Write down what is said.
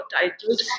titled